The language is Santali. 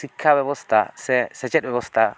ᱥᱤᱠᱠᱷᱟ ᱵᱮᱵᱚᱥᱛᱟ ᱥᱮ ᱥᱮᱪᱮᱫ ᱵᱮᱵᱚᱥᱛᱷᱟ